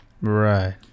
Right